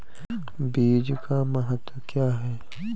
बीज का महत्व क्या है?